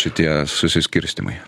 šitie susiskirstymai